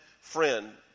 friend